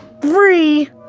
three